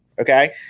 Okay